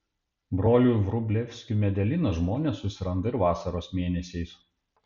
brolių vrublevskių medelyną žmonės susiranda ir vasaros mėnesiais